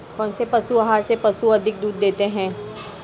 कौनसे पशु आहार से पशु अधिक दूध देते हैं?